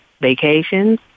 vacations